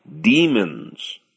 demons